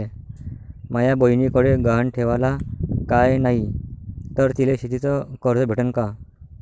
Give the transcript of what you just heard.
माया बयनीकडे गहान ठेवाला काय नाही तर तिले शेतीच कर्ज भेटन का?